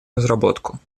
разработку